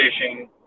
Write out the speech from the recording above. fishing